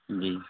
جی